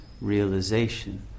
realization